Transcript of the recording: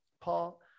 paul